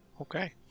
Okay